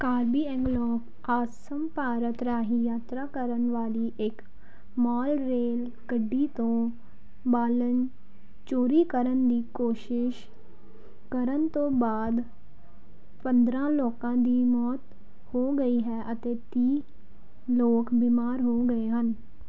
ਕਾਰਬੀ ਐਂਗਲੌਂਗ ਆਸਾਮ ਭਾਰਤ ਰਾਹੀਂ ਯਾਤਰਾ ਕਰਨ ਵਾਲੀ ਇੱਕ ਮਾਲ ਰੇਲ ਗੱਡੀ ਤੋਂ ਬਾਲਣ ਚੋਰੀ ਕਰਨ ਦੀ ਕੋਸ਼ਿਸ਼ ਕਰਨ ਤੋਂ ਬਾਅਦ ਪੰਦਰਾਂ ਲੋਕਾਂ ਦੀ ਮੌਤ ਹੋ ਗਈ ਹੈ ਅਤੇ ਤੀਹ ਲੋਕ ਬੀਮਾਰ ਹੋ ਗਏ ਹਨ